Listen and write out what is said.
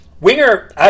Winger